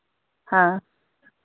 हाँ